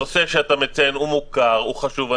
הנושא שאתה מציין הוא מוכר וחשוב.